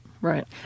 right